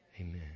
Amen